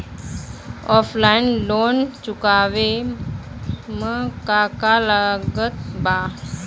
Offline loan चुकावे म का का लागत बा?